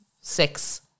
Six